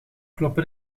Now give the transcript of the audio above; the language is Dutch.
kloppen